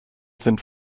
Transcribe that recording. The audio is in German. sind